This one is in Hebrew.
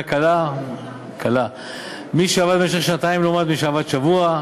"קלה"; מי שעבד במשך שנתיים לעומת מי שעבד שבוע.